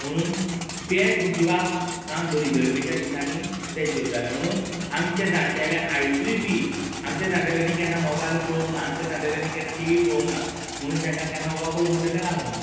म्हुणून पेज ही जिवाक साम बरी गर्मेच्या दिसांनी पेज जेवताले म्हुणून आमचे जाण्टेले आयजूय बी आमच्या जाण्टेल्यांनी केन्ना मोबायल पळोवंक ना आमच्या जाण्टेल्यांनी केन्ना टी वी पळोवंक ना म्हुणून तांकां केन्ना वक्ल म्हणट तें लागूंक ना